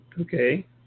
okay